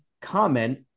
comment